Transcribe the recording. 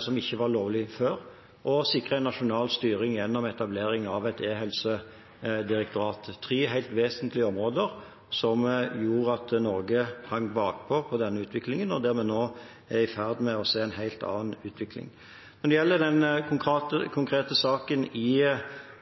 som ikke var lovlige før, og sikre nasjonal styring gjennom etablering av et e-helsedirektorat – tre helt vesentlige områder som gjorde at Norge hang bakpå i denne utviklingen, og der vi nå er i ferd med å se en helt annen utvikling. Når det gjelder den konkrete saken i